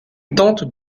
tente